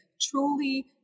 truly